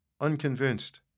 unconvinced